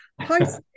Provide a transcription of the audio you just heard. hi